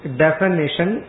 definition